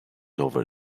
over